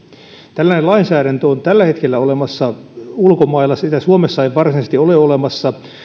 tällainen lainsäädäntö on tällä hetkellä olemassa ulkomailla sitä suomessa ei varsinaisesti ole olemassa